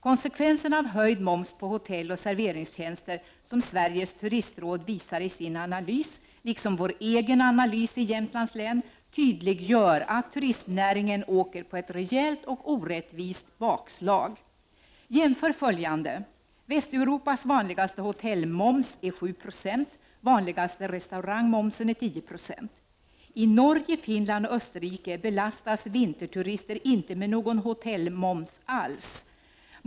Konsekvenserna av höjd moms på hotelloch serveringstjänster som Sveriges turistråd visar i sin analys, liksom vår egna analys i Jämtlands län, tydliggör att turistnäringen åker på ett rejält och orättvist bakslag. Jämför följande: Västeuropas vanligaste hotellmoms är 7 96, och den vanligaste restaurangmomsen är 10 26. I Norge, Finland och Österrike belastas vinterturister inte med någon hotellmoms alls.